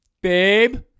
babe